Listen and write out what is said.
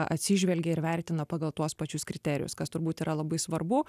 atsižvelgia ir vertina pagal tuos pačius kriterijus kas turbūt yra labai svarbu